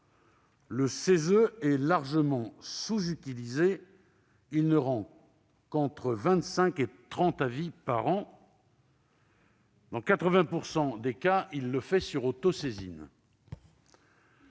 le CESE est largement sous-utilisé puisqu'il ne rend qu'entre 25 et 30 avis par an. Dans 80 % des cas, il le fait sur autosaisine.